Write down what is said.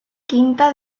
quinta